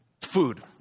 Food